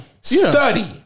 study